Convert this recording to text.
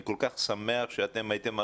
אני כל כך שמח שאתם הייתם ערוכים,